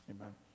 amen